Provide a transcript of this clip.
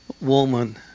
woman